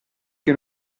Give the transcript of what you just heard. che